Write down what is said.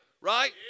right